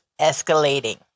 escalating